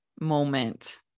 moment